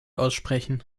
aussprechen